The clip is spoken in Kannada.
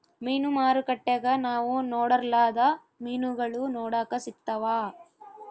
ಮೀನು ಮಾರುಕಟ್ಟೆಗ ನಾವು ನೊಡರ್ಲಾದ ಮೀನುಗಳು ನೋಡಕ ಸಿಕ್ತವಾ